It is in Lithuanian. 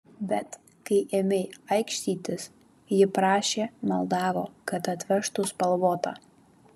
bet kai ėmei aikštytis ji prašė maldavo kad atvežtų spalvotą